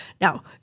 Now